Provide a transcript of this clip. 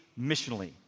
missionally